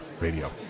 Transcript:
radio